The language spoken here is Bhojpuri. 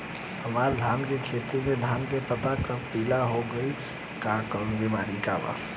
हमर धान के खेती में धान के पता सब पीला हो गेल बा कवनों बिमारी बा का?